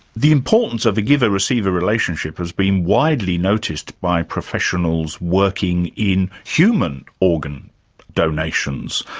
the importance of the giver-receiver relationship has been widely noticed by professionals working in human organ donations.